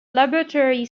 laboratory